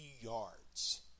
yards